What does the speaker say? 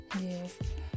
Yes